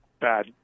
bad